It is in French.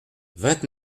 vingt